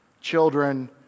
Children